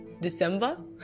December